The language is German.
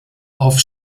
auf